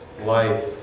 life